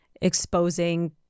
exposing